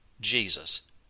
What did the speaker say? Jesus